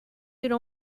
could